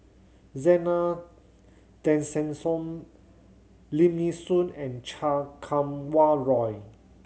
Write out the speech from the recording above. Zena Tessensohn Lim Nee Soon and Cha Kum Wah Roy